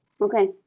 Okay